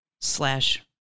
slash